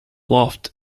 loft